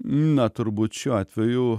na turbūt šiuo atveju